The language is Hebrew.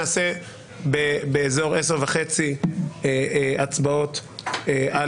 נתחיל באזור 10:30 את ההצבעות על